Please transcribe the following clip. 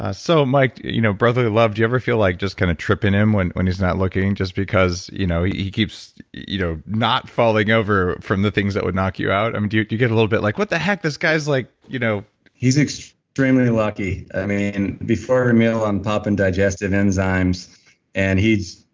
ah so mike, you know brotherly love, do you ever feel like just kind of tripping him when, when he's not looking, just because you know he keeps you know not falling over from the things that would knock you out? um do you you get a little bit like what the heck this guy's like? you know he's extremely lucky. and before a meal on top and digestive enzymes and he's.